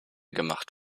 gemacht